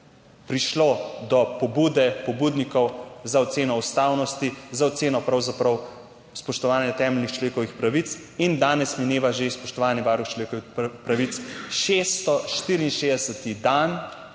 prišlo do pobude pobudnikov za oceno ustavnosti, za oceno pravzaprav spoštovanja temeljnih človekovih pravic. In danes mineva že, spoštovani varuh človekovih pravic, 664. dan